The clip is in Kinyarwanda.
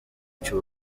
cy’u